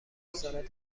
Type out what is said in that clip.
مستند